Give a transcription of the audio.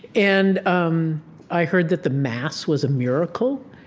and um i heard that the mass was a miracle.